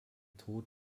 tod